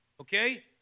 okay